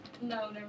no